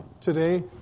today